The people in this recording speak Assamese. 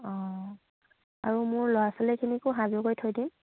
অঁ আৰু মোৰ ল'ৰা ছোৱালীখিনিকো সাজো গৈ থৈ দিম